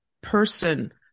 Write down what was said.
person